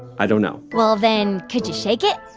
i don't know well, then could you shake it?